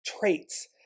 Traits